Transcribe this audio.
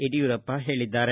ಯಡಿಯೂರಪ್ಪ ಹೇಳಿದ್ದಾರೆ